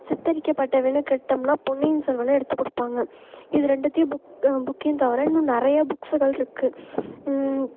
சித்தரிக்கப்பட்டவைனு கேட்டோம்னால் பொன்னியின் செல்வனை எடுத்துக்கொடுப்பாங்க இது ரெண்டுத்தையும் புக் புக்கையும் தவிர இன்னும் நிறைய புக்ஸுகள் இருக்குது